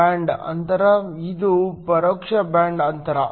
ಆದ್ದರಿಂದ ಇದು ನೇರ ಬ್ಯಾಂಡ್ ಅಂತರ ಇದು ಪರೋಕ್ಷ ಬ್ಯಾಂಡ್ ಅಂತರ